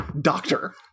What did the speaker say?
Doctor